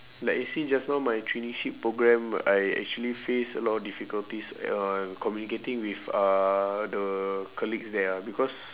like you see just now my traineeship programme I actually face a lot difficulties uh communicating with uh the colleagues there ah because